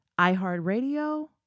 iHeartRadio